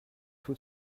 tout